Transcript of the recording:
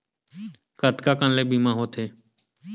कतका कन ले बीमा होथे?